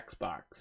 Xbox